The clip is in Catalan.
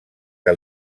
que